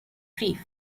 brief